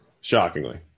Shockingly